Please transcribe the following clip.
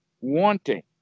wanting